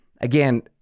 Again